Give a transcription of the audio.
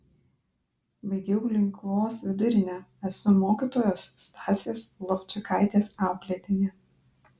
baigiau linkuvos vidurinę esu mokytojos stasės lovčikaitės auklėtinė